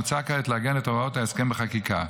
מוצע כעת לעגן את הוראות ההסכם בחקיקה.